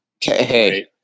Hey